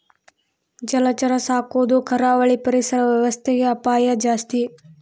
ಜಲಚರ ಸಾಕೊದು ಕರಾವಳಿ ಪರಿಸರ ವ್ಯವಸ್ಥೆಗೆ ಅಪಾಯ ಜಾಸ್ತಿ